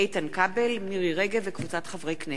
איתן כבל ומירי רגב וקבוצת חברי הכנסת.